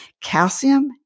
Calcium